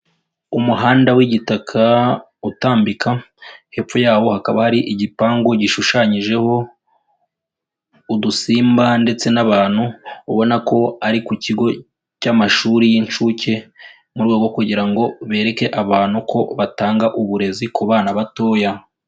Umuhanda w'igitaka utambika, hepfo yawo hakaba hari igipangu gishushanyijeho udusimba ndetse n'abantu, ubona ko ari ku kigo cy'amashuri y'inshuke mu rwego rwo kugira ngo bereke abantu ko batanga uburezi ku bana batoya.